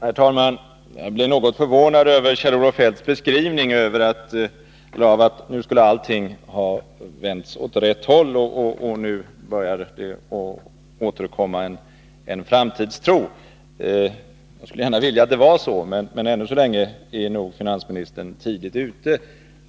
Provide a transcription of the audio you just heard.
Herr talman! Jag blev något förvånad över Kjell-Olof Feldts beskrivning, att nu skulle allting ha vänt åt rätt håll, och nu börjar det återkomma en framtidstro. Jag skulle gärna vilja att det var så, men ännu så länge är nog finansministern tidigt ute.